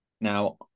Now